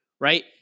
right